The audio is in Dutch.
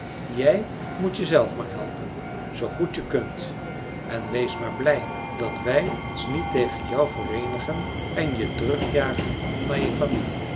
jij moet jezelf maar helpen zoo goed je kunt en wees maar blij dat wij ons niet tegen jou vereenigen en je terug jagen naar je familie